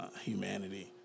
humanity